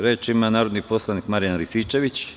Reč ima narodni poslanik Marijan Rističević.